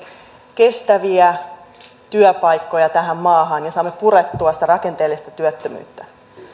kestäviä työpaikkoja tähän maahan ja saamme purettua sitä rakenteellista työttömyyttä